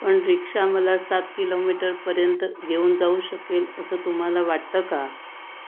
पण रिक्षा मला सात किलोमीटरपर्यंत घेऊन जाऊ शकेल असं तुम्हाला वाटतं का